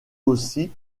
aussi